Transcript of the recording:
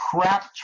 crap